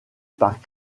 par